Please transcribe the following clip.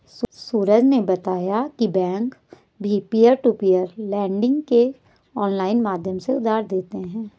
सूरज ने बताया की बैंक भी पियर टू पियर लेडिंग के ऑनलाइन माध्यम से उधार देते हैं